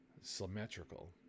symmetrical